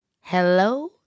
Hello